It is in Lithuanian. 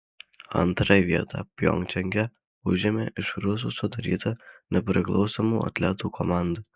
antrąją vietą pjongčange užėmė iš rusų sudaryta nepriklausomų atletų komanda